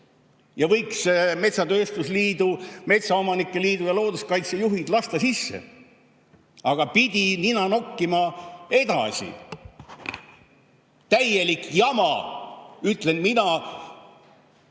ja võiks lasta metsatööstusliidu, metsaomanike liidu ja looduskaitse juhid sisse. Aga pidi nina nokkima edasi. Täielik jama, ütlen mina,